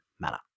matter